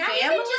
family